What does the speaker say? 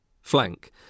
flank